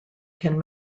can